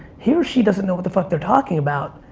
he or she doesn't know what the fuck they're talking about.